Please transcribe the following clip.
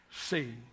see